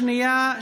שנייה,